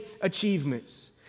achievements